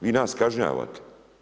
Vi nas kažnjavate.